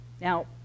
Now